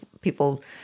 people